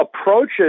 approaches